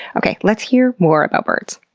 okay, let's hear more about birds.